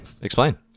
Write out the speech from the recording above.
explain